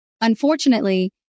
Unfortunately